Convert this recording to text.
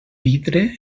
vidre